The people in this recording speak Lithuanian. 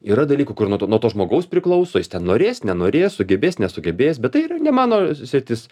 yra dalykų kur nuo to nuo to žmogaus priklauso jis ten norės nenorės sugebės nesugebės bet tai yra ne mano sritis